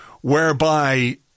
whereby